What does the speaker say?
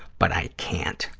but i can't,